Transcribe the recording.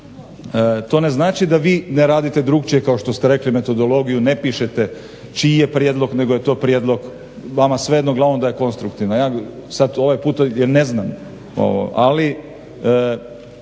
to ne znači da vi ne radite drukčije kao što ste rekli metodologiju. Ne pišite čiji je prijedlog, nego je to prijedlog vama svejedno ja sad ovaj puta jer ne znam ali